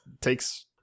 takes